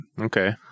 Okay